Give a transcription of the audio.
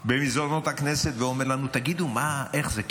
במסדרונות הכנסת ואומר לנו: תגידו, מה, איך זה?